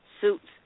suits